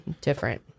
different